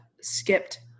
skipped